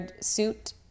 suit